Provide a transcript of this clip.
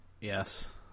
Yes